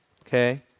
Okay